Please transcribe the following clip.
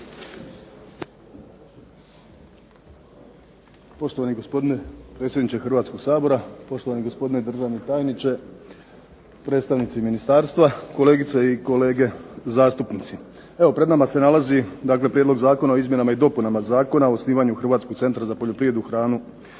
Hrvatskog centra za poljoprivredu, hranu